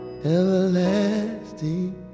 Everlasting